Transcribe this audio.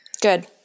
Good